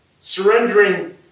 Surrendering